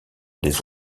des